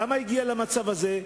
למה היא הגיעה למצב הזה,